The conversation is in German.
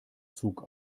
zug